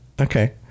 Okay